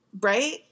Right